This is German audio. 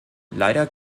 leider